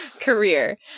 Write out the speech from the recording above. career